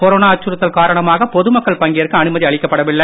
corona அச்சுறுத்தல் காரணமாக பொதுமக்கள் பங்கேற்க அனுமதி அளிக்கப்பட வில்லை